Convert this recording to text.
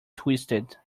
twisted